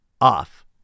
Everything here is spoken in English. off